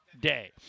day